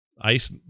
ice